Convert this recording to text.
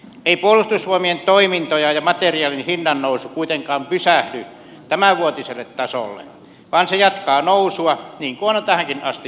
ei puolustusvoimien toimintojen ja materiaalin hinnannousu kuitenkaan pysähdy tämänvuotiselle tasolle vaan se jatkaa nousua niin kuin on tähänkin asti jatkanut